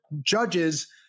judges